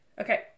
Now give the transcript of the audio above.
Okay